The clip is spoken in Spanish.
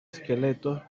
esqueletos